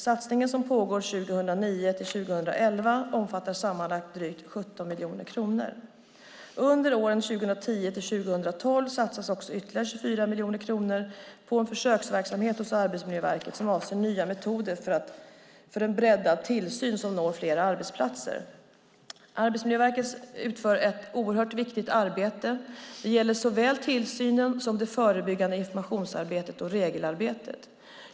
Satsningen som pågår 2009-2011 omfattar sammanlagt drygt 17 miljoner kronor. Under åren 2010-2012 satsas ytterligare 24 miljoner kronor på en försöksverksamhet hos Arbetsmiljöverket som avser nya metoder för en breddad tillsyn som når fler arbetsplatser. Arbetsmiljöverket utför ett oerhört viktigt arbete. Det gäller såväl tillsynen som det förebyggande informationsarbetet och regelarbetet.